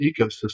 ecosystem